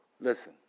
Listen